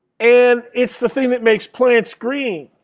and it's the thing that makes plants green.